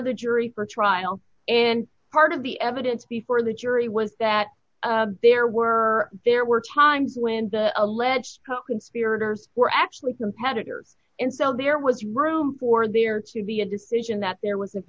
the jury for trial and part of the evidence before the jury was that there were there were times when the alleged coconspirators were actually competitors and so there was room for there to be a decision that there was